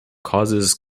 causes